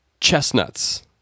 chestnuts